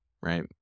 right